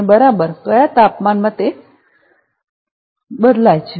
અને બરાબર કયા તાપમાનમાં તે બદલાય છે